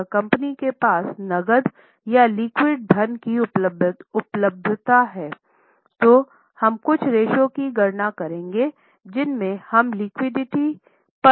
तो पहले liquidity ratio है